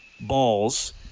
balls